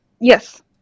yes